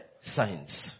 science